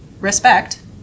Respect